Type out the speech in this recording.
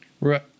Right